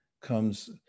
comes